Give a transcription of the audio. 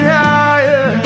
higher